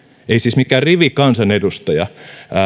ei siis mikään rivikansanedustaja